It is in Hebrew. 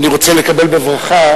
אני רוצה לקדם בברכה,